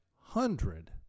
hundred